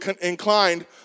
inclined